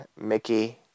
Mickey